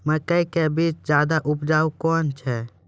मकई के बीज ज्यादा उपजाऊ कौन है?